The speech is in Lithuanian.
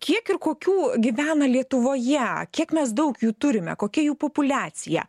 kiek ir kokių gyvena lietuvoje kiek mes daug jų turime kokia jų populiacija